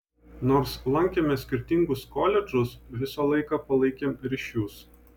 nors lankėme skirtingus koledžus visą laiką palaikėm ryšius